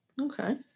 Okay